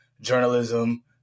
journalism